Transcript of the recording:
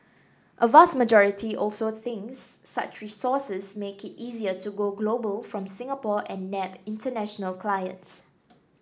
a vast majority also thinks such resources make it easier to go global from Singapore and nab international clients